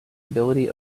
ability